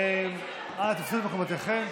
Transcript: אנא תפסו את מקומותיכם.